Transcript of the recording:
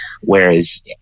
whereas